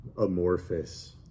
amorphous